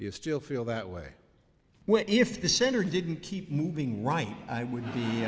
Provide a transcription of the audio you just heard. you still feel that way when if the center didn't keep moving right i wouldn't be